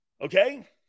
Okay